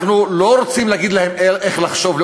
אנחנו לא רוצים להגיד להם איך לחשוב,